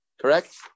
correct